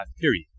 period